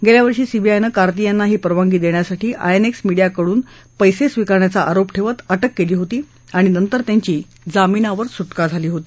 गेल्या वर्षी सीबीआयनं कार्ती यांना ही परवानगी देण्यासाठी आयएनएक्स मिडियाकडून पैसे स्वीकारण्याचा आरोप ठेवत अटक केली होती आणि नंतर त्यांची जामिनावर सुटका झाली होती